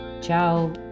Ciao